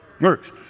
Works